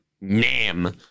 name